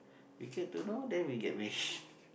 we get to know then we get married